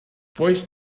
voice